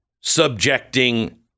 subjecting